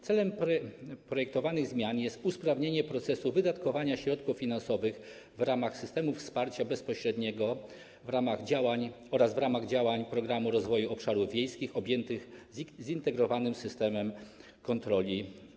Celem projektowanych zmian jest usprawnienie procesu wydatkowania środków finansowych w ramach systemu wsparcia bezpośredniego oraz w ramach działań Programu Rozwoju Obszarów Wiejskich objętych zintegrowanym systemem kontroli.